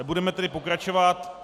Budeme tedy pokračovat.